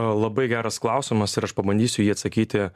labai geras klausimas ir aš pabandysiu jį atsakyti